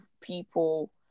people